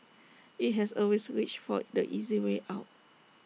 IT has always reached for the easy way out